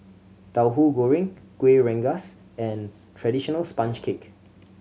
Tauhu Goreng Kuih Rengas and traditional sponge cake